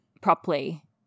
properly